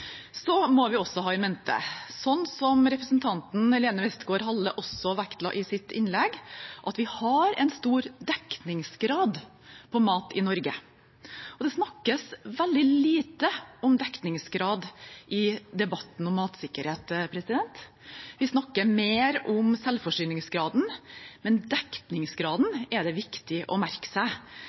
må også ha i mente, som representanten Lene Westgaard-Halle vektla i sitt innlegg, at vi har en stor dekningsgrad på mat i Norge. Det snakkes veldig lite om dekningsgrad i debatten om matsikkerhet. Vi snakker mer om selvforsyningsgraden, men dekningsgraden er det viktig å merke seg,